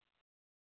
okay